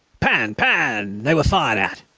pan! pan they were fired at.